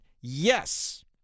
Yes